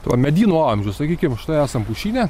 to medyno amžius sakykim štai esam pušyne